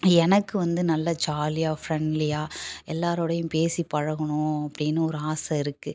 எனக்கு வந்து நல்ல ஜாலியாக ஃப்ரெண்ட்லியாக எல்லாரோடையும் பேசிப் பழகணும் அப்படின்னு ஒரு ஆசை இருக்குது